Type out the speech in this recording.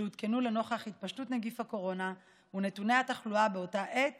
שהותקנו לנוכח התפשטות נגיף הקורונה ונתוני התחלואה באותה עת